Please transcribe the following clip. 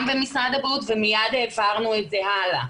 במשרד הבריאות ומיד העברנו את זה הלאה.